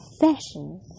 fashion